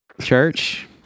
church